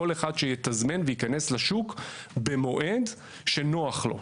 כל אחד שיתזמן ויכנס לשוק במועד שנוח לו.